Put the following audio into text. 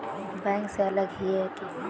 Bank से अलग हिये है की?